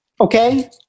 Okay